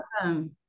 awesome